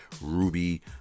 Ruby